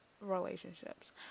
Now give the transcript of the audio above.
relationships